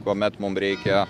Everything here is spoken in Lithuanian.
kuomet mum reikia